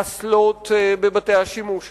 באסלות בבתי-השימוש שלנו,